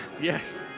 yes